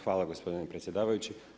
Hvala gospodine predsjedavajući.